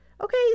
okay